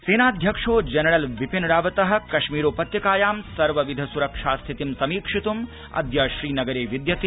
सेनाध्यक्षो general Bipin Rawat कश्मीरोपत्यकायां सर्वविध सुरक्षा स्थितिं समीक्षितुम् अद्य श्रीनगरे विद्यते